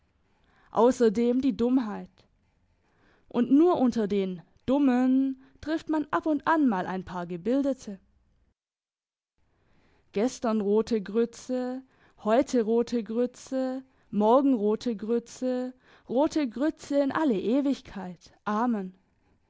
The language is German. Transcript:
ausserdem die dummheit und nur unter den dummen trifft man ab und an mal ein paar gebildete gestern rote grütze heute rote grütze morgen rote grütze rote grütze in alle ewigkeit amen